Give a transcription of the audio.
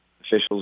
officials